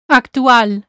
actual